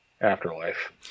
Afterlife